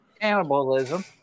cannibalism